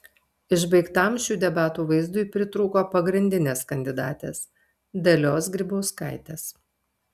išbaigtam šių debatų vaizdui pritrūko pagrindinės kandidatės dalios grybauskaitės